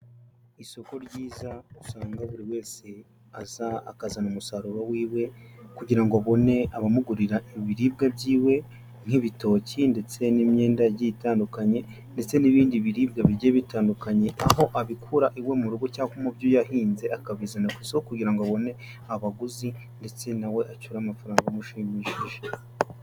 lsoko ryiza usanga buri wese aza akazana umusaruro wiwe kugira ngo abone abamugurira ibiribwa byiwe, nk'ibitoki ndetse n'imyendagiye itandukanye ndetse n'ibindi biribwa bijye bitandukanye aho abikura iwe mu rugo cyangwa mubyo yahinze akabizana ku isoko kugira ngo abone abaguzi ndetse na we acyure amafaranga amushimishije.